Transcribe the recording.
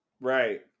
Right